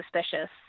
suspicious